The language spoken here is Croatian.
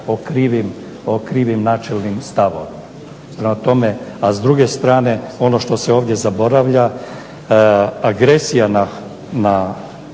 o krivim načelnim stavovima. Prema tome, a s druge strane, ono što se ovdje zaboravlja agresija na